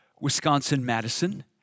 Wisconsin-Madison